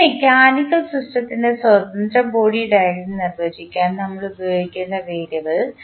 ഈ മെക്കാനിക്കൽ സിസ്റ്റത്തിൻറെ സ്വതന്ത്ര ബോഡി ഡയഗ്രം നിർവചിക്കാൻ നമ്മൾ ഉപയോഗിക്കുന്ന വേരിയബിൾ